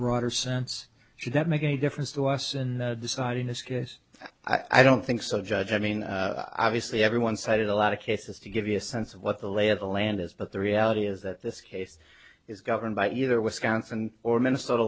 broader sense should that make any difference to us in the side in this case i don't think so judge i mean obviously everyone cited a lot of cases to give you a sense of what the lay of the land is but the reality is that this case is governed by either wisconsin or minnesota